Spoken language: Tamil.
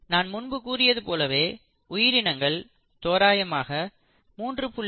நான் முன்பு கூறியது போலவே உயிரினங்கள் தோராயமாக 3